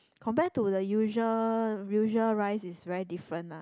compare to the usual usual rice it's very different ah